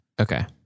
okay